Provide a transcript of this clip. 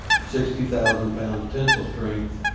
sixty thousand pound tensile strength.